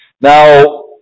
Now